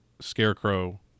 scarecrow